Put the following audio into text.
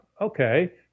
okay